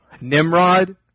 Nimrod